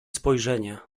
spojrzenie